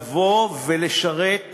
לבוא ולשרת